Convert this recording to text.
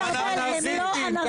הם לא אנרכיסטים.